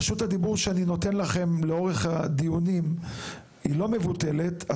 רשות הדיבור שאני נותן לכם לאורך הדיונים היא לא מבוטלת,